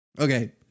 Okay